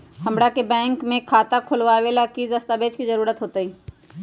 हमरा के बैंक में खाता खोलबाबे ला की की दस्तावेज के जरूरत होतई?